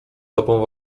tobą